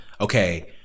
okay